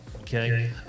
Okay